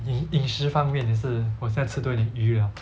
饮饮食方面也是我现在吃多点鱼了